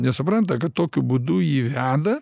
nesupranta kad tokiu būdu jį veda